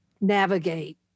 navigate